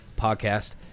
podcast